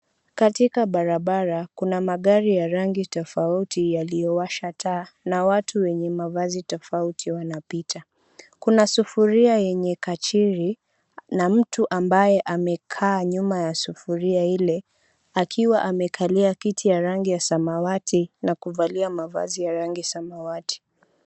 Katika barabara, kuna magari ya rangi tofauti yaliyowasha taa, na watu wenye mavazi tofauti wanapita. Kuna sufuria yenye kachiri na mtu amabaye amekaa nyuma ya sufuria ile, akiwa amekalia kiti ya rangi ya samawati na kuvalia mavazi ya rangi samawati.